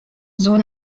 sohn